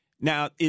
Now